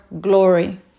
glory